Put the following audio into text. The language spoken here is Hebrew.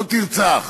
לא תרצח.